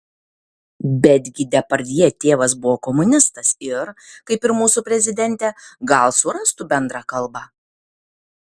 bet gi depardjė tėvas buvo komunistas ir kaip ir mūsų prezidentė gal surastų bendrą kalbą